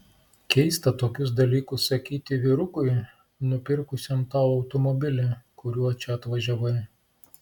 keista tokius dalykus sakyti vyrukui nupirkusiam tau automobilį kuriuo čia atvažiavai